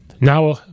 Now